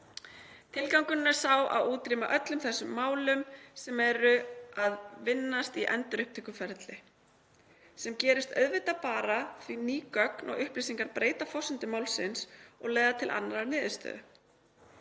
Tilgangurinn er sá að útrýma öllum þeim málum sem eru að vinnast í endurupptökuferli sem gerist auðvitað bara af því að ný gögn og upplýsingar breyta forsendum málsins og leiða til annarrar niðurstöðu.